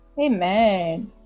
Amen